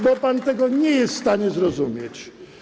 Bo pan tego nie jest w stanie zrozumieć.